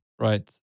Right